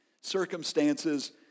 circumstances